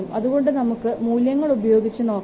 അതുകൊണ്ട് നമുക്ക് മൂല്യങ്ങൾ ഉപയോഗിച്ചു നോക്കാം